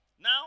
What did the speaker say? Now